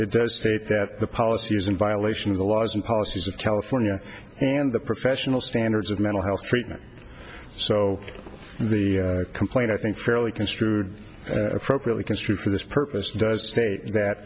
it does state that the policy is in violation of the laws and policies of california and the professional standards of mental health treatment so the complaint i think fairly construed appropriately construe for this purpose does state that